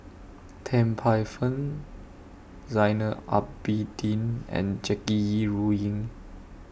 Tan Paey Fern Zainal Abidin and Jackie Yi Ru Ying